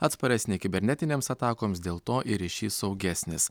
atsparesni kibernetinėms atakoms dėl to ir ryšys saugesnis